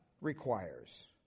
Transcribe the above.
requires